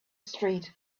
street